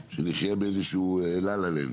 שנחיה באיזשהו לה לה לנד,